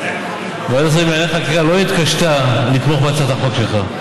ועדת שרים לענייני חקיקה לא התקשתה לתמוך בהצעת החוק שלך.